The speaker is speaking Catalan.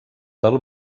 del